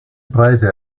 preise